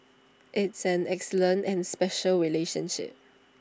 it's an excellent and special relationship